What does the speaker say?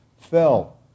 fell